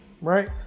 right